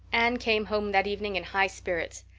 anne came home that evening in high spirits.